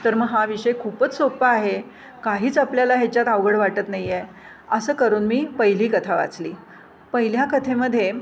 तर मग हा विषय खूपच सोप्पा आहे काहीच आपल्याला ह्याच्यात अवघड वाटत नाही आहे असं करून मी पहिली कथा वाचली पहिल्या कथेमध्ये